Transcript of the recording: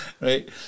right